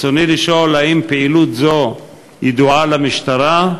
רצוני לשאול: 1. האם פעילות זו ידועה למשטרה?